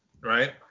right